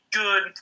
good